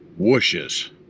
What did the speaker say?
whooshes